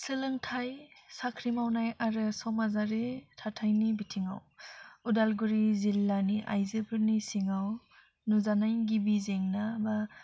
सोलोंथाइ साख्रि मावनाय आरो समाजारि थाथायनि बिथिङाव अदालगुरि जिल्लानि आइजोफोरनि सिङाव नुजानाय गिबि जेंना बा